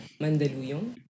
Mandaluyong